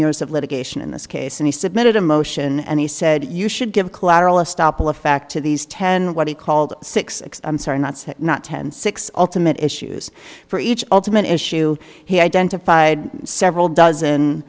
years of litigation in this case and he submitted a motion and he said you should give collateral estoppel a fact to these ten what he called six x i'm sorry not sec not ten six ultimate issues for each ultimate issue he identified several dozen